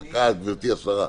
ודאי, גברתי השרה,